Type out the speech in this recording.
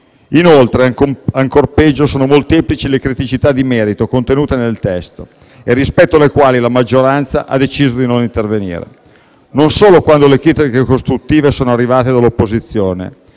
Inoltre, ancora peggio sono le molteplici criticità di merito contenute nel testo e rispetto alle quali la maggioranza ha deciso di non intervenire, non solo quando le critiche costruttive sono arrivate dall'opposizione,